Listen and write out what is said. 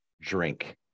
drink